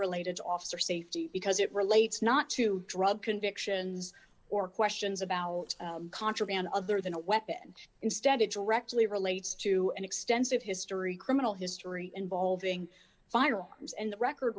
related to officer safety because it relates not to drug convictions or questions about contraband other than a weapon instead it directly relates to an extensive history criminal history involving firearms and the record